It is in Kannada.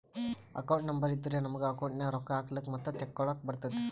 ಅಕೌಂಟ್ ನಂಬರ್ ಇದ್ದುರೆ ನಮುಗ ಅಕೌಂಟ್ ನಾಗ್ ರೊಕ್ಕಾ ಹಾಕ್ಲಕ್ ಮತ್ತ ತೆಕ್ಕೊಳಕ್ಕ್ ಬರ್ತುದ್